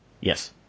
Yes